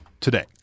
today